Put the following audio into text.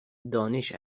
دانش